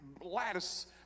lattice